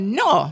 no